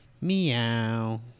Meow